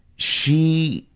she,